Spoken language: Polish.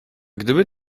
gdyby